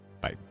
Bye